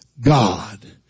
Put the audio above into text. God